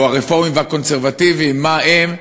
או הרפורמים והקונסרבטיבים מה הם,